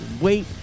wait